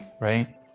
right